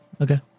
Okay